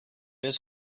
his